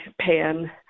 pan